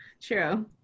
true